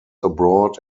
abroad